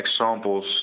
examples